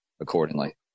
accordingly